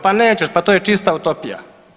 Pa nećeš pa to je čista utopija.